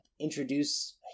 introduce